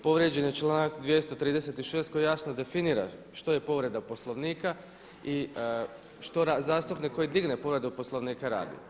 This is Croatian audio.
Povrijeđen je članak 236. koji jasno definira što je povreda Poslovnika i što zastupnik koji digne povredu Poslovnika radi.